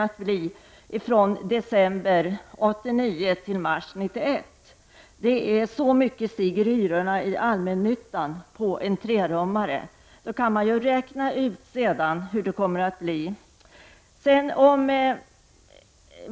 per månad från december 1989 till mars 1991. Då kan man räkna ut hur det kommer att bli.